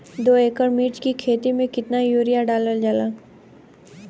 दो एकड़ मिर्च की खेती में कितना यूरिया डालल जाला?